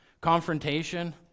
confrontation